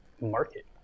market